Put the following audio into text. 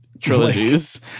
trilogies